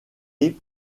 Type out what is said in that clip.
plus